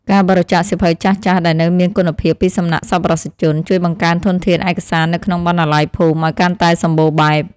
ការបរិច្ចាគសៀវភៅចាស់ៗដែលនៅមានគុណភាពពីសំណាក់សប្បុរសជន ជួយបង្កើនធនធានឯកសារនៅក្នុងបណ្ណាល័យភូមិឱ្យកាន់តែសម្បូរបែប។